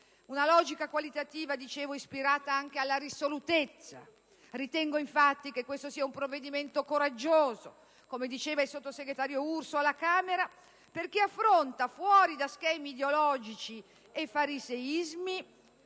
Una logica qualitativa ispirata anche alla risolutezza. Ritengo, infatti, che questo sia un provvedimento coraggioso (come affermato dal sottosegretario Urso alla Camera), perché affronta, fuori da schemi ideologici e fariseismi